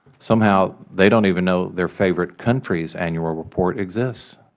somehow they don't even know their favorite country's annual report exists.